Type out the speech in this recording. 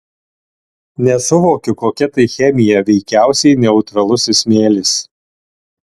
nesuvokiu kokia tai chemija veikiausiai neutralusis smėlis